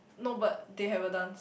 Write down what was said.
no but they have a dance